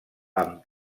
amb